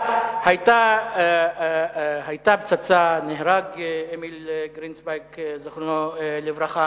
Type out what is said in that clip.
היתה פצצה, נהרג אמיל גרינצווייג ז"ל,